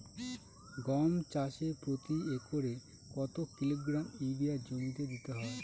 গম চাষে প্রতি একরে কত কিলোগ্রাম ইউরিয়া জমিতে দিতে হয়?